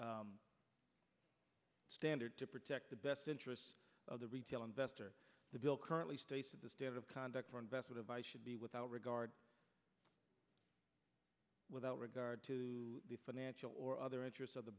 standard to protect the best interests of the retail investor the bill currently states that the state of conduct for investment advice should be without regard without regard to the financial or other interest of the